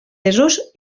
desús